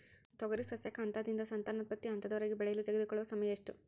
ತೊಗರಿ ಸಸ್ಯಕ ಹಂತದಿಂದ ಸಂತಾನೋತ್ಪತ್ತಿ ಹಂತದವರೆಗೆ ಬೆಳೆಯಲು ತೆಗೆದುಕೊಳ್ಳುವ ಸಮಯ ಎಷ್ಟು?